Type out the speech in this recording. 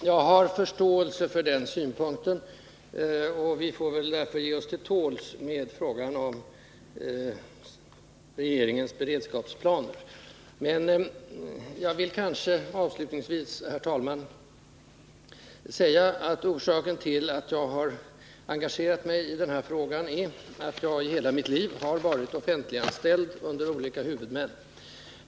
Herr talman! Jag har förståelse för den synpunkten, och vi får väl ge oss till tåls när det gäller frågan om regeringens beredskapsplaner. Avslutningsvis vill jag säga, herr talman, att orsaken till att jag har engagerat mig i den här frågan är att jag i hela mitt liv har varit offentliganställd, under olika huvudmän.